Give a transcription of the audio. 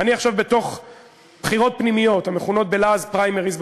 אני עכשיו בתוך בחירות פנימיות המכונות בלעז פריימריז,